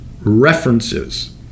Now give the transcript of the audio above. references